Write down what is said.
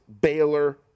Baylor